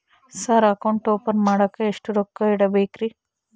Sir account open ಮಾಡಾಕ ಎಷ್ಟು ರೊಕ್ಕ ಇಡಬೇಕ್ರಿ?